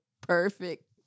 perfect